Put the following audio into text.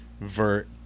Vert